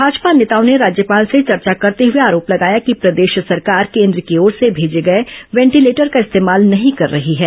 भाजपा नेताओं ने राज्यपाल से चर्चा करते हुए आरोप लगाया कि प्रदेश सरकार केन्द्र की ओर से भेजे गए वेंटीलेटर का इस्तेमाल नहीं कर रही है